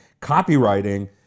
copywriting